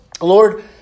Lord